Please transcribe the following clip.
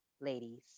ladies